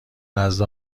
نزد